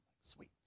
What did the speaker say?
Sweet